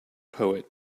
poet